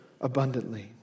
abundantly